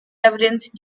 evidence